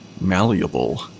malleable